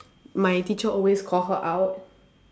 my teacher always call her out